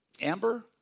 Amber